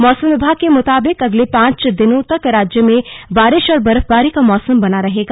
मौसम विभाग के मुताबिक अगले पांच दिनों तक राज्य में बारिश और बर्फबारी का मौसम बना रहेगा